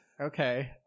okay